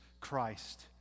Christ